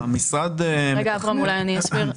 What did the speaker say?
אני אסביר.